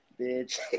Bitch